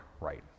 right